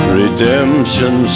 redemption